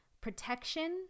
protection